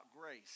grace